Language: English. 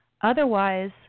Otherwise